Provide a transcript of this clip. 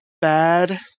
bad